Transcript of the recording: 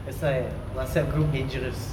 that's why ah WhatsApp group dangerous